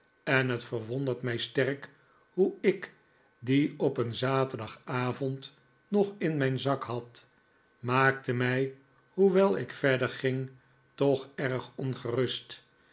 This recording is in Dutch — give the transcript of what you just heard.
en het verwondert mij sterk hoe ik die op een zaterdagavond nog in mijn zak had maakte mij hoewel ik verder ging toch erg ongerust